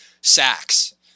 sacks